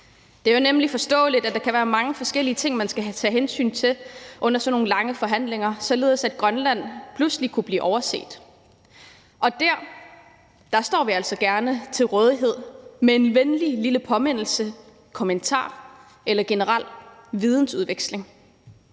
Det er jo nemlig forståeligt, at der kan være mange forskellige ting, man skal tage hensyn til under sådan nogle lange forhandlinger, således at Grønland pludselig kunne blive overset. Og der står vi altså gerne til rådighed med en venlig lille påmindelse, kommentar eller generel vidensudveksling.